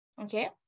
Okay